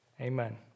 Amen